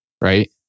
right